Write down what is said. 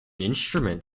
instrument